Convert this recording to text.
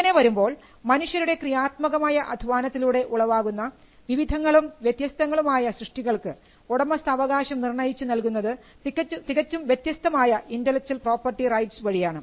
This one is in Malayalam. ഇങ്ങനെ വരുമ്പോൾ മനുഷ്യരുടെ ക്രിയാത്മകമായ അധ്വാനത്തിലൂടെ ഉളവാകുന്ന വിവിധങ്ങളും വ്യത്യസ്തങ്ങളും ആയ സൃഷ്ടികൾക്ക് ഉടമസ്ഥാവകാശം നിർണയിച്ച് നൽകുന്നത് തികച്ചും വ്യത്യസ്തമായ ഇൻൻറലെക്ച്വൽ പ്രോപ്പർട്ടി റൈറ്റ്സ് വഴിയാണ്